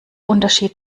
unterschied